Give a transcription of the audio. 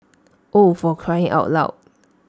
oh for crying out loud